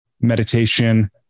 Meditation